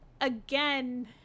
again